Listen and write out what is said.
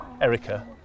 Erica